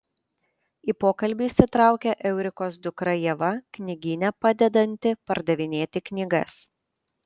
į pokalbį įsitraukia eurikos dukra ieva knygyne padedanti pardavinėti knygas